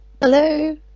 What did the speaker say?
Hello